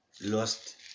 Lost